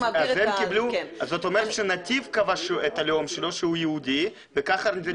קיבלו זאת אומרת שנתיב קבע את הלאום שלו שהוא יהודי וכך --- לא,